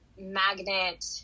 magnet